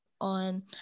on